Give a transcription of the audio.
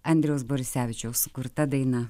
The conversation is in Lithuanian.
andriaus borisevičiaus sukurta daina